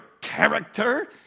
character